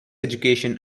education